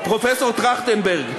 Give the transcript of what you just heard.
פרופסור טרכטנברג,